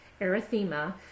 erythema